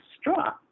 straw